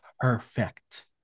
perfect